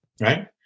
right